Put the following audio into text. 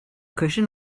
cushion